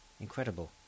Incredible